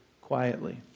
quietly